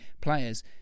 players